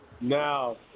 Now